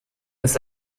ist